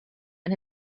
and